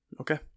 okay